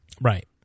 right